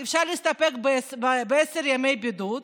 אפשר להסתפק בעשרה ימי בידוד,